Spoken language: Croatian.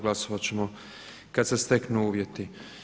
Glasovat ćemo kad se steknu uvjeti.